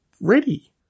ready